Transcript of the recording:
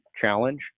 challenge